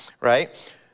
right